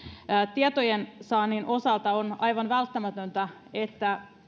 tietojen saannin osalta on aivan välttämätöntä että